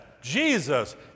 Jesus